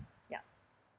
ya